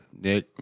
nick